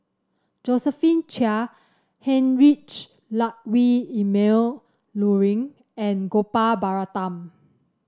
Josephine Chia Heinrich Ludwig Emil Luering and Gopal Baratham